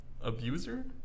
abuser